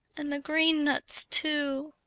and the green nuts too!